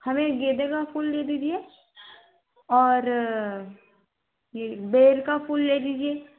हमें गेंदे का फूल दे दीजिए और यह बेल का फूल ले लीजिए